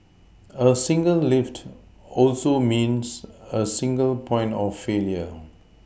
a single lift also means a single point of failure